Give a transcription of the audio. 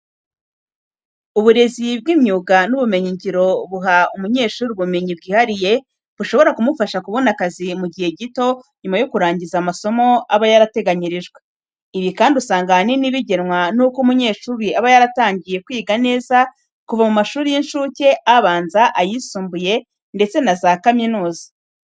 Uburezi bw'imyuga n'ubumenyingiro buha umunyeshuri ubumenyi bwihariye bushobora kumufasha kubona akazi mu gihe gito nyuma yo kurangiza kwiga amasomo aba yarateganyirijwe. Ibi kandi usanga ahanini bigenwa nuko umunyeshuri aba yaratangiye kwiga neza kuva mu mashuri y'incuke, abanza, ayisumbuye ndetse na za kaminuza.